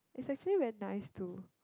it's actually very nice to